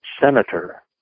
senator